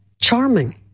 charming